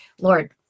Lord